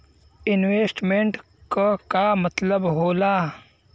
Investment क का मतलब हो ला?